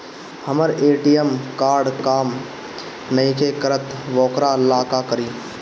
हमर ATM card काम नईखे करत वोकरा ला का करी?